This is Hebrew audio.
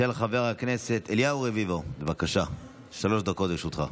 חבר הכנסת אליהו רביבו, בבקשה, שלוש דקות לרשותך.